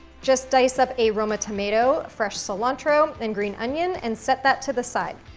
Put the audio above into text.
just dice up a roma tomato, fresh cilantro, and green onion, and set that to the side.